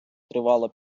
тривала